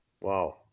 Wow